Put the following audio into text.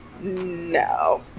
no